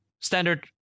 Standard